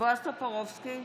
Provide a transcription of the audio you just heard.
בועז טופורובסקי,